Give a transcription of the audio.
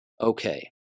Okay